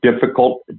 difficult